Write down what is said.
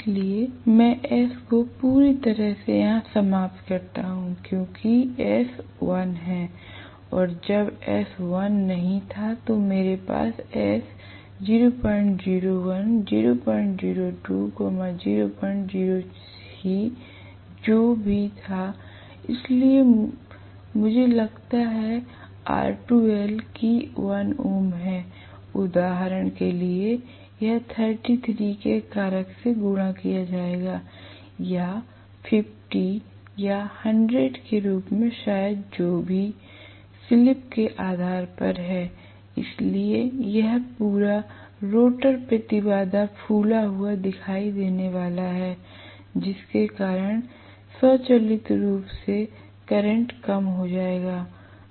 इसलिए मैं s को पूरी तरह से यहाँ समाप्त करता हूं क्योंकि s 1 है जब s 1 नहीं था तो मेरे पास s 001 002 003 जो भी था इसलिए यदि मुझे लगता है कि 1 ओम है उदाहरण के लिए यह 33 के कारक से गुणा किया जाएगा या 50 या 100 के रूप में शायद जो भी स्लिप के आधार पर है इसलिए यह पूरा रोटर प्रतिबाधा फूला हुआ दिखाई देने वाला है जिसके कारण स्वचालित रूप से करंट कम हो जाएगा